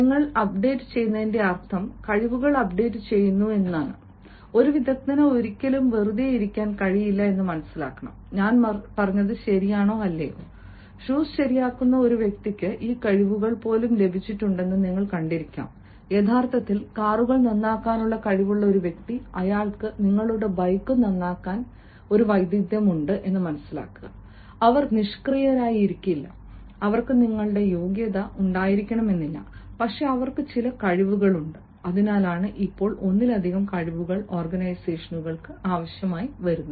നിങ്ങളുടെ അപ്ഡേറ്റുചെയ്യുന്നതിന്റെ അർഥം കഴിവുകൾ അപ്ഡേറ്റുചെയ്യുന്നു ഒരു വിദഗ്ദ്ധന് ഒരിക്കലും വെറുതെ ഇരിക്കാൻ കഴിയില്ല ഞാൻ പറഞ്ഞത് ശരിയാണോ അല്ലയോ ഷൂസ് ശരിയാക്കുന്ന ഒരു വ്യക്തിക്ക് ഈ കഴിവുകൾ പോലും ലഭിച്ചിട്ടുണ്ടെന്ന് നിങ്ങൾ കണ്ടിരിക്കാം യഥാർത്ഥത്തിൽ കാറുകൾ നന്നാക്കാനുള്ള കഴിവുള്ള ഒരു വ്യക്തി അയാൾക്ക് നിങ്ങളുടെ ബൈക്കുകളും നന്നാക്കാൻ ഒരു വൈദഗ്ദ്ധ്യം ഉണ്ട് അവർ നിഷ്ക്രിയരായി ഇരിക്കില്ല അവർക്ക് നിങ്ങളുടെ യോഗ്യത ഉണ്ടായിരിക്കില്ല പക്ഷേ അവർക്ക് ചില കഴിവുകളുണ്ട് അതിനാലാണ് ഇപ്പോൾ ഒന്നിലധികം കഴിവുകൾ ഓർഗനൈസേഷനുകൾ ആവശ്യമാണെന്ന്